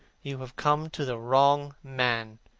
you have come to the wrong man.